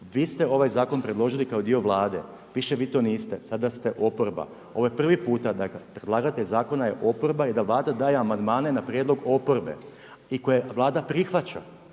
vi ste ovaj zakon predložili kao dio Vlade, više vi to niste, sada ste oporba. Ovo je prvi puta dakle predlagatelj zakona je oporba i da Vlada daje amandmane na prijedlog oporbe i koje Vlada prihvaća,